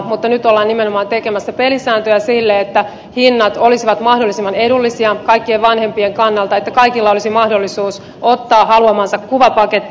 mutta nyt ollaan nimenomaan tekemässä pelisääntöjä sille että hinnat olisivat mahdollisimman edullisia kaikkien vanhempien kannalta että kaikilla olisi mahdollisuus ottaa haluamansa kuvapaketti